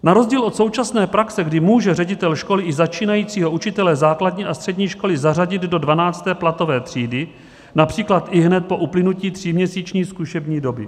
Na rozdíl od současné praxe, kdy může ředitel školy i začínajícího učitele základní a střední školy zařadit do dvanácté platové třídy například ihned po uplynutí tříměsíční zkušební doby.